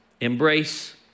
Embrace